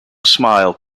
smile